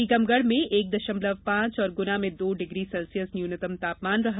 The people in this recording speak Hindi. टीकमगढ़ में एक दशमलव पांच और गुना में दो डिग्री सेल्सियस न्यूनतम तापमान रहा